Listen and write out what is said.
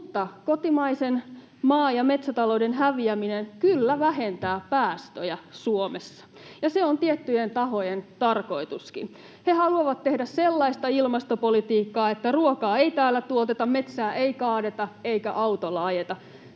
Mutta kotimaisen maa- ja metsätalouden häviäminen kyllä vähentää päästöjä Suomessa, ja se on tiettyjen tahojen tarkoituskin. He haluavat tehdä sellaista ilmastopolitiikkaa, että ruokaa ei täällä tuoteta, metsää ei kaadeta eikä autolla ajeta,